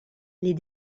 les